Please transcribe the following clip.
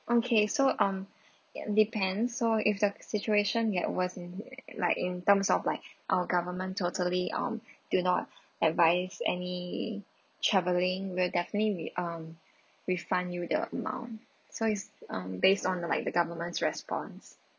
okay so um it depends so if the situation get worse in like in terms of like our government totally um do not advise any traveling we'll definitely re~ um refund you the amount so it's um based on the like the government's response